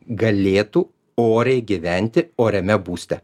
galėtų oriai gyventi oriame būste